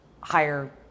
higher